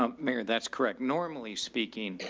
um mayor? that's correct. normally speaking,